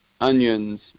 onions